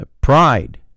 pride